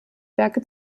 werke